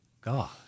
God